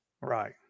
Right